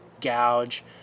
gouge